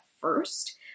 first